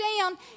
down